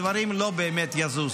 הדברים לא באמת יזוזו.